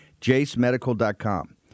JaceMedical.com